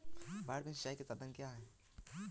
भारत में सिंचाई के साधन क्या है?